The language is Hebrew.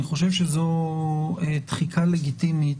אני חושב שזו תחיקה לגיטימית,